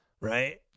Right